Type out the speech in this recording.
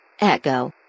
Echo